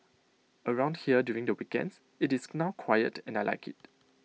around here during the weekends IT is now quiet and I Like IT